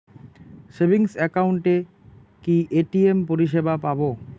Savings একাউন্টে কি ATM পরিসেবা পাব?